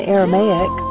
Aramaic